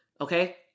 okay